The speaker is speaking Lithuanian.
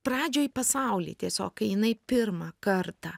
pradžioj pasaulį tiesiog kai jinai pirmą kartą